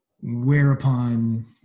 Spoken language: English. Whereupon